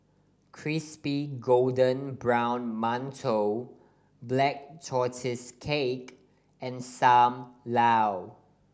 crispy golden brown mantou Black Tortoise Cake and Sam Lau